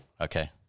Okay